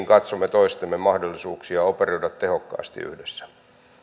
katsomme toistemme mahdollisuuksia operoida tehokkaasti yhdessä